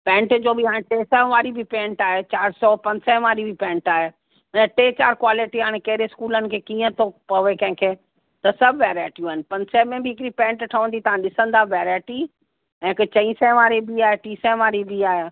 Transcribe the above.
pant जो बि हाणे टे सौ वारी बि पैंट आहे चार सौ पंज सैं वारी बि पैंट आहे त टे चार क्वालिटी हाणे कहिड़े स्कूलनि खे कीअं थो पवे कंहिं खे त सभु वैराएटियूं आहिनि पंज सैं बि हिकिड़ी पैंट ठहंदी तव्हां ॾिसंदा वैराएटी ऐं हिकु चईं सैं वारी बि आहे टीं सैं वारी बि आहे